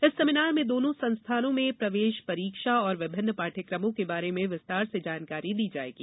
इस सेमीनार में दोनों संस्थानों में प्रवेश परीक्षा और विभिन्न पाठ्यक्रमों के बारे में विस्तार से जानकारी दी जायेगी